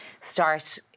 start